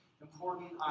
important